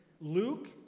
Luke